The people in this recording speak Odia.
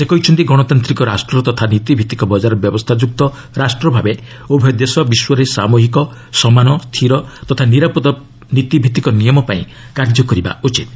ସେ କହିଛନ୍ତି ଗଣତାନ୍ତ୍ରିକ ରାଷ୍ଟ୍ର ତଥା ନୀତିଭିଭିକ ବଜାର ବ୍ୟବସ୍ଥା ଯୁକ୍ତ ରାଷ୍ଟ୍ରଭାବେ ଉଭୟ ଦେଶ ବିଶ୍ୱରେ ସାମୁହିକ ସମାନ ସ୍ଥିର ତଥା ନିରାପଦ ନୀତିଭିଭିକ ନିୟମ ପାଇଁ କାର୍ଯ୍ୟ କରିବା ଉଚିତ୍